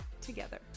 together